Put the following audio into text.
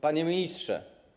Panie Ministrze!